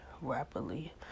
rapidly